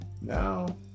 Now